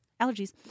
Allergies